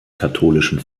katholischen